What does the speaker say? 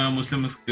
Muslims